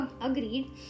agreed